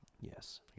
Yes